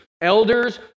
Elders